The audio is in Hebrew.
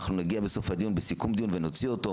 אנחנו נגיע לסוף הדיון לסיכום הדיון ונוציא אותו.